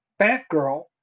Batgirl